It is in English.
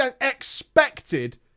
expected